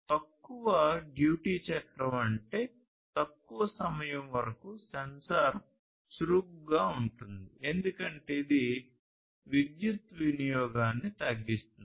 తక్కువ డ్యూటీ చక్రం అంటే తక్కువ సమయం వరకు సెన్సార్ చురుకుగా ఉంటుంది ఎందుకంటే ఇది విద్యుత్ వినియోగాన్ని తగ్గిస్తుంది